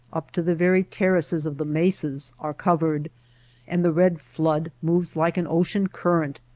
up to the very terraces of the mesas, are covered and the red flood moves like an ocean current,